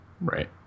Right